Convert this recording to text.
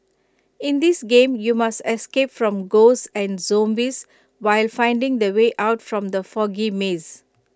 in this game you must escape from ghosts and zombies while finding the way out from the foggy maze